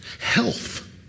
health